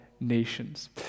nations